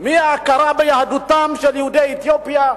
בעניין ההכרה ביהדותם של יהודי אתיופיה,